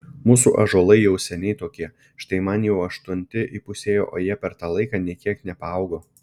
mūsų ąžuolai jau seniai tokie štai man jau aštunti įpusėjo o jie per tą laiką nė kiek nepaaugo